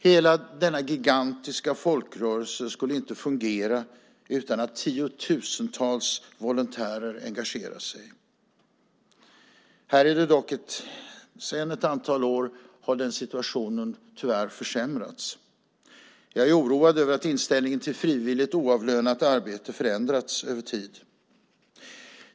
Hela denna gigantiska folkrörelse skulle inte fungera utan att tiotusentals volontärer engagerade sig. Sedan ett antal år har dock den situationen tyvärr försämrats. Jag är oroad över att inställningen till frivilligt oavlönat arbete förändrats över tid.